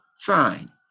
fine